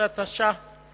13), התש"ע 2009,